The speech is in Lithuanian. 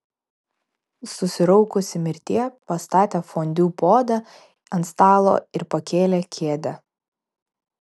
susiraukusi mirtie pastatė fondiu puodą ant stalo ir pakėlė kėdę